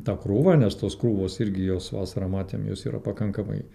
tą krūvą nes tos krūvos irgi jos vasarą matėm jos yra pakankamai